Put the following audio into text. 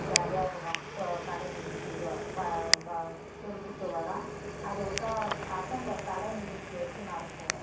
ஜாலியாக இருக்கும் க கலை நிகழ்ச்சி வ வ வ தெருக்கூத்து வரும் அதை விட்டா பசங்கள் கலை நிகழ்ச்சி வச்சு நடத்துவோம்